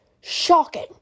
shocking